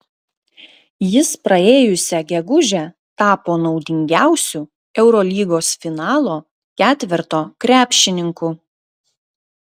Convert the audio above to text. jis praėjusią gegužę tapo naudingiausiu eurolygos finalo ketverto krepšininku